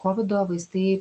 kovido vaistai